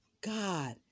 God